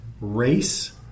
race